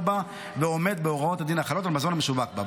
בה ועומד בהוראות הדין החלות על מזון המשווק בה,